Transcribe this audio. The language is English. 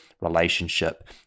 relationship